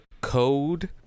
code